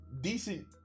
decent